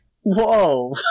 Whoa